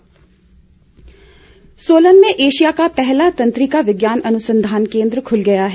सुरेश भारद्वाज सोलन में एशिया का पहला तंत्रिका विज्ञान अनुसंधान केन्द्र खुल गया है